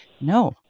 No